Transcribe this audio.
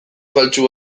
faltsu